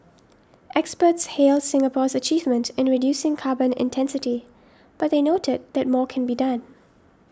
experts hailed Singapore's achievement in reducing carbon intensity but they noted that more can be done